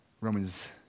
Romans